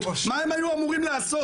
מה הם היו אמורים לעשות.